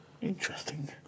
Interesting